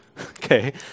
okay